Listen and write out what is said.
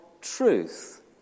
truth